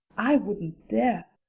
i wouldn't dare.